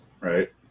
right